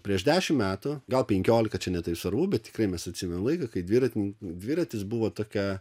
prieš dešimt metų gal penkiolika čia ne taip svarbu bet tikrai mes atsimenam laiką kai dviratininkų dviratis buvo tokia